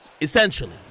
Essentially